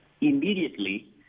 immediately